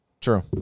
True